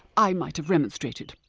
i might have remonstrated.